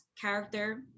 character